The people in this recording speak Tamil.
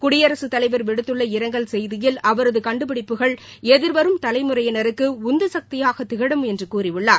குடியரசுத் தலைவர் விடுத்துள்ள இரங்கல் செய்தியில் அவரது கண்டுபிடிப்புகள் எதிர்வரும் தலைமுறையினருக்கு உந்து சக்தியாக திகழும் என்று கூறியுள்ளார்